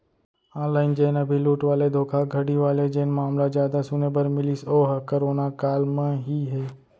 online जेन अभी लूट वाले धोखाघड़ी वाले जेन मामला जादा सुने बर मिलिस ओहा करोना काल म ही हे